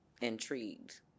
intrigued